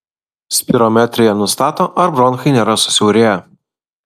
spirometrija nustato ar bronchai nėra susiaurėję